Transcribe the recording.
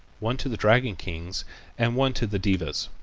one to the dragon kings and one to the devas.